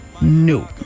no